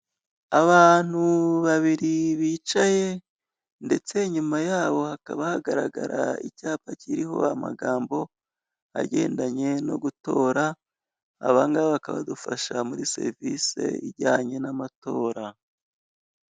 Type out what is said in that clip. Abantu babiri bicaye ndetse nyuma yaho hakaba hagaragara icyapa kiriho amagambo agendanye no gutora, aba ngaba bakaba badufasha muri serivisi ijyanye n'amatora.